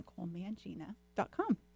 NicoleMangina.com